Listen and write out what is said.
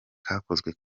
kakozwe